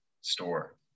store